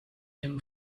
dem